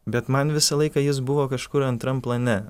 bet man visą laiką jis buvo kažkur antram plane